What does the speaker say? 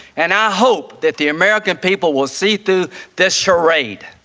and i hope that the american people will see through this charade.